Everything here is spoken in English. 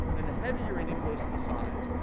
and the heavy uranium goes to the sides,